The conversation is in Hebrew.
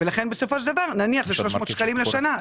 ולכן בסופו של דבר נניח 300 שקלים לשנה,